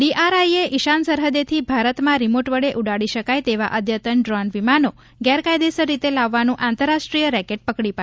ડીઆરઆઈએ ઈશાન સરહદેથી ભારતમાં રિમોટ વડે ઉડાડી શકાય તેવા અઘતન ડ્રોન વિમાનો ગેરકાયદેસર રીતે લાવવાનું આંતરરાષ્ટ્રીય રેકેટ પકડી પાડચું છે